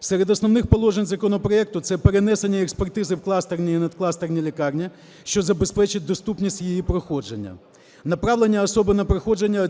Серед основних положень законопроекту: це перенесення експертизи в кластерні і надкластерні лікарні, що забезпечать доступність її проходження; направлення особи на проходження